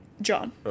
John